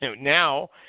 now